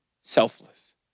selfless